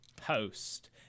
host